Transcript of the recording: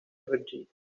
verdict